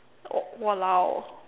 oh !walao!